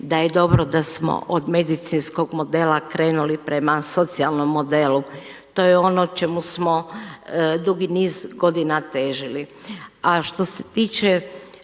da je dobro da smo od medicinskog modela krenuli prema socijalnom modelu. To je ono čemu smo dugi niz godina težili.